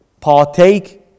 partake